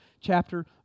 chapter